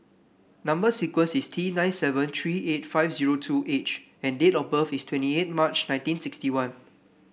number sequence is T nine seven three eight five zero two H and date of birth is twenty eight March nineteen sixty one